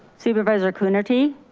supervisor coonerty.